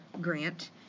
Grant